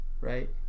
right